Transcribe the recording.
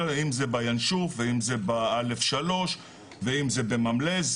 אם זה בינשוף ואם זה ב-א'3 ואם זה בממל"ז,